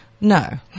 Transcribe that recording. No